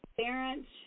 parents